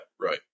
right